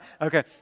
Okay